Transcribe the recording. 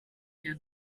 der